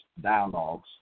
dialogues